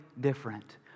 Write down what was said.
different